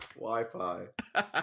Wi-Fi